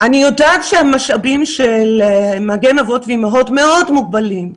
אני יודעת שהמשאבים של 'מגן אבות ואימהות' מאוד מוגבלים,